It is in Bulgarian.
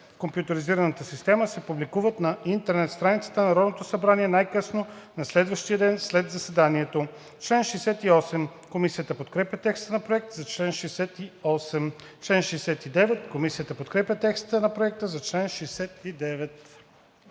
компютризираната система се публикуват на интернет страницата на Народното събрание най-късно на следващия ден след заседанието.“ Комисията подкрепя текста на Проекта за чл. 68. Комисията подкрепя текста на Проекта за чл. 69.